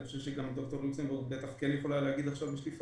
אני חושב שד"ר לוקסמבורג בטח כן יכולה להגיד את זה בשליפה.